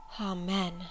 Amen